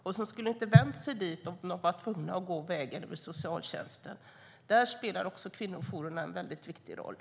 De skulle inte ha vänt sig dit om de var tvungna att gå vägen över socialtjänsten. Där spelar kvinnojourerna en väldigt viktig roll.